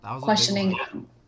Questioning